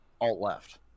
alt-left